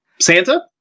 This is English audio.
Santa